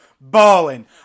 balling